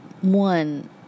one